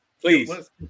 Please